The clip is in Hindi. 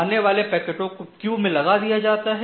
आने वाले पैकेटों को क्यू में लगा दिया जाता हैं